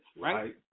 right